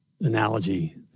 analogy